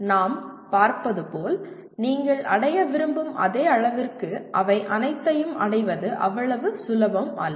நாம் பார்ப்பது போல் நீங்கள் அடைய விரும்பும் அதே அளவிற்கு அவை அனைத்தையும் அடைவது அவ்வளவு சுலபமல்ல